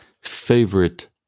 favorite